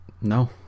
no